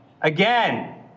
again